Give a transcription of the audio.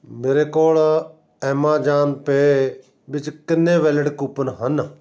ਮੇਰੇ ਕੋਲ Amazon Pay ਵਿੱਚ ਕਿੰਨੇ ਵੈਲਿਡ ਕੂਪਨ ਹਨ